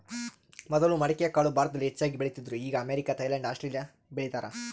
ಮೊದಲು ಮಡಿಕೆಕಾಳು ಭಾರತದಲ್ಲಿ ಹೆಚ್ಚಾಗಿ ಬೆಳೀತಿದ್ರು ಈಗ ಅಮೇರಿಕ, ಥೈಲ್ಯಾಂಡ್ ಆಸ್ಟ್ರೇಲಿಯಾ ಬೆಳೀತಾರ